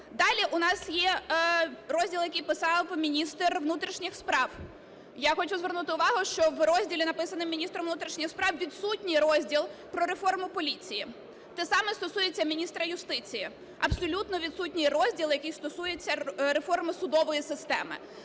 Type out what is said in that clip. Далі у нас є розділ, який писав міністр внутрішніх справ. Я хочу звернути увагу, що в розділі, написаному міністром внутрішніх справ, відсутній розділ про реформу поліції. Те саме стосується міністра юстиції: абсолютно відсутній розділ, який стосується реформи судової системи.